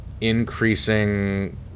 increasing